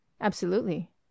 Absolutely